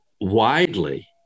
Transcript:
widely